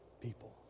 people